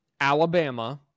Alabama